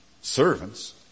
servants